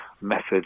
methods